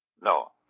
No